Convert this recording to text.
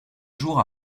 jour